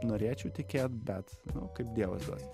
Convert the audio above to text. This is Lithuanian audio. norėčiau tikėt bet nu kaip dievas duos